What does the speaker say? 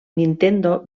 nintendo